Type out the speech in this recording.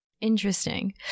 Interesting